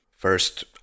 first